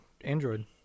Android